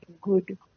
good